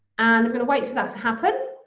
and i'm gonna wait for that to happen,